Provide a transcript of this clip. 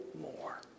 more